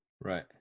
Right